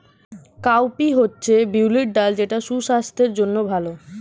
cowpea হচ্ছে বিউলির ডাল যেটা সুস্বাস্থ্যের জন্য ভালো